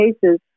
cases